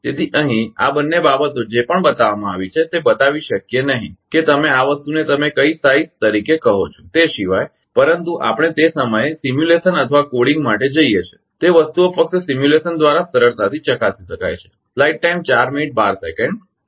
તેથી અહીં આ બંને બાબતો જે પણ બતાવવામાં આવી છે તે બતાવી શકીએ નહીં કે તમે આ વસ્તુને તમે કઇ સાઇઝ તરીકે કહો છો તે સિવાય પરંતુ આપણે તે સમયે સિમ્યુલેશન અથવા કોડિંગ માટે જઈએ છીએ તે વસ્તુઓ ફક્ત સિમ્યુલેશન દ્વારા જ સરળતાથી ચકાસી શકાય છે